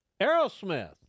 Aerosmith